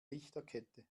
lichterkette